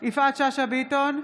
יפעת שאשא ביטון,